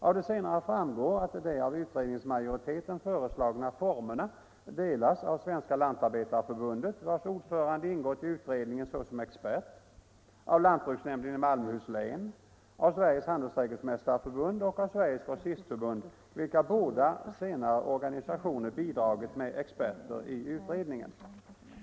Av de senare framgår att utredningsmajoritetens uppfattning om de föreslagna formerna delas av Svenska lantarbetareförbundet, vars ordförande ingått i utredningen såsom expert, av lantbruksnämnden i Malmöhus län, av Sveriges handelsträdgårdsmästareförbund och av Sveriges grossistförbund, av vilka båda de senare organisationerna bidragit med experter i utredningen.